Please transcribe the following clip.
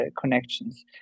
connections